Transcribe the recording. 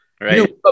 right